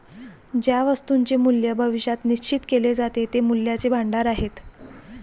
ज्या वस्तूंचे मूल्य भविष्यात निश्चित केले जाते ते मूल्याचे भांडार आहेत